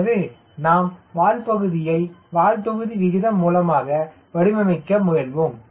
எனவே நாம் வால் பகுதியை வால் தொகுதி விகிதம் மூலமாக வடிவமைக்க முயல்வோம்